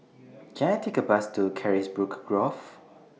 Can I Take A Bus to Carisbrooke Grove